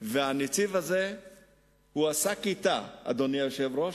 הזה עשה כיתה, אדוני היושב-ראש,